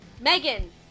Megan